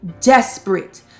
Desperate